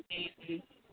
जी जी